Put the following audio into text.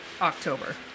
October